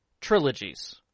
trilogies